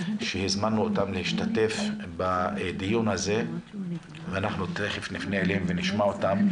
שהזמנו אותם להשתתף בדיון הזה ואנחנו תכף נפנה אליהם ונשמע אותם.